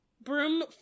broom